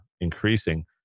increasing